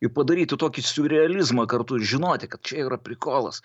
ir padaryti tokį siurrealizmą kartu ir žinoti kad čia yra prikolas